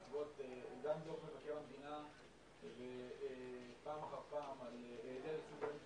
גם בעקבות דוח מבקר המדינה פעם אחר פעם על היעדר ייצוג הולם,